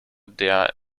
der